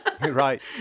Right